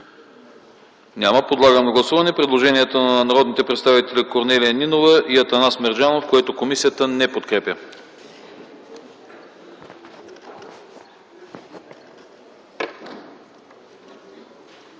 няма. Подлагам на гласуване предложението на народните представители Корнелия Нинова и Атанас Мерджанов, което комисията не подкрепя.